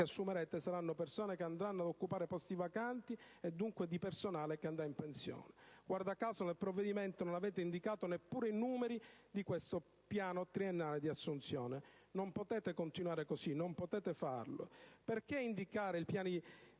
assumerete andranno ad occupare posti vacanti e, dunque, di personale che andrà in pensione. Guarda caso, nel provvedimento non avete indicato neppure i numeri di questo piano triennale di assunzioni. Non potete continuare così. Non potete farlo, perché indicare i